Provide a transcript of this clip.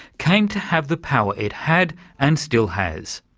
came to have the power it had and still has.